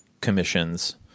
commissions